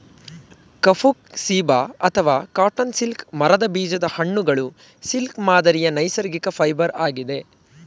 ಕಫುಕ್ ceiba ಅಥವಾ cotton silk ಮರದ ಬೀಜದ ಹಣ್ಣುಗಳು ಸಿಲ್ಕ್ ಮಾದರಿಯ ನೈಸರ್ಗಿಕ ಫೈಬರ್ ಆಗಿದೆ